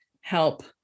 help